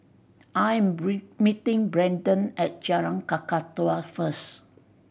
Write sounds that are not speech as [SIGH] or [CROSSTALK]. I am [UNINTELLIGIBLE] meeting Brendon at Jalan Kakatua first